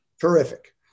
Terrific